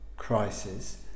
crisis